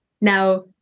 Now